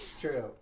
True